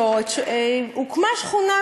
אבל אתה הפרעת לדברי.